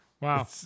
wow